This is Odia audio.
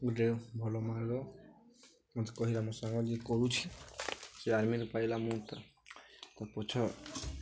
ଗୋଟେ ଭଲ ମନର ମୋତେ କହିଲା ମୋ ସାଙ୍ଗ ଯିଏ କହୁଛି ସେ ଆଇ ମିନ୍ ପାଇଲା ମୁଁ ତ ପଛ